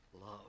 love